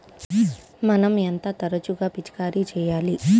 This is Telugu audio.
మనం ఎంత తరచుగా పిచికారీ చేయాలి?